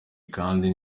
kandi